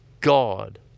God